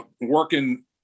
working